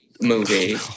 movie